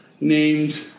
named